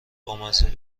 بامزه